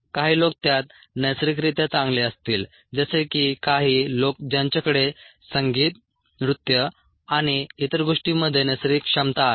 काही लोक त्यात नैसर्गिकरित्या चांगले असतील जसे की काही लोक ज्यांच्याकडे संगीत नृत्य आणि इतर गोष्टींमध्ये नैसर्गिक क्षमता आहे